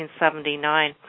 1979